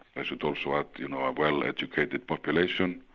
i should also add you know, a well educated population,